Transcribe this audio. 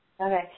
Okay